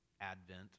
Advent